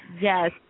Yes